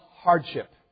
hardship